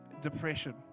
depression